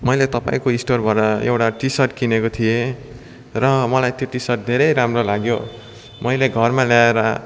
मैले तपाईँको स्टोरबाट एउडा टी सर्ट किनेको थिएँ र मलाई त्यो टी सर्ट धेरै राम्रो लाग्यो मैले घरमा ल्याएर